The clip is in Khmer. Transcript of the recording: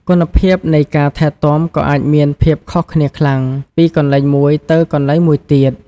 គុណភាពនៃការថែទាំក៏អាចមានភាពខុសគ្នាខ្លាំងពីកន្លែងមួយទៅកន្លែងមួយទៀត។